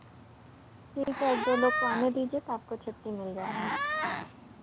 ठीक है एक दो लोग को आने दीजिए तो आपको छुट्टी मिल जाएगा